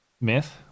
Myth